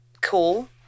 cool